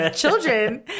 children